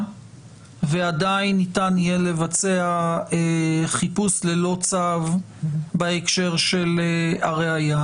ועדיין ניתן יהיה לבצע חיפוש ללא צו בהקשר של הראייה.